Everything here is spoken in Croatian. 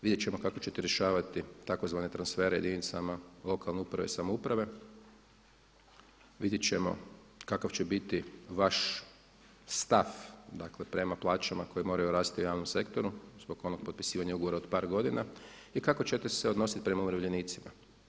Vidjet ćemo kako ćete rješavati tzv. transfere jedinicama lokalne uprave i samouprave, vidjet ćemo kakav će biti vaš stav prema plaćama koje moraju rasti u javnom sektoru zbog onog potpisivanja ugovora od par godina i kako ćete se odnositi prema umirovljenicima.